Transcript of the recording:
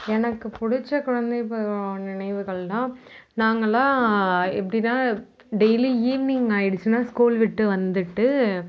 எனக்கு பிடிச்ச குழந்தை பருவம் நினைவுகள்னால் நாங்களாம் எப்படின்னா டெய்லி ஈவினிங் ஆயிடுச்சுனா ஸ்கூல் விட்டு வந்துட்டு